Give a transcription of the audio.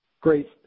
Great